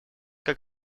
как